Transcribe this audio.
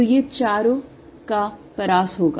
तो ये चरों का परास होगा